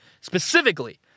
specifically